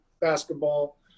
basketball